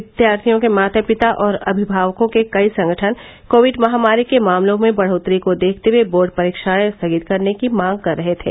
विद्यार्थियों के माता पिता और अमिभावकों के कई संगठन कोविड महामारी के मामलों में बढोतरी को देखते हुए बोर्ड परीक्षाएं स्थगित करने की मांग कर रहे थे